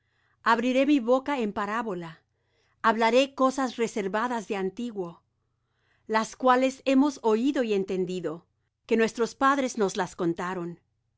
abriré mi boca en parábola hablaré cosas reservadas de antiguo las cuales hemos oído y entendido que nuestros padres nos las contaron